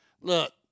look